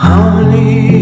Harmony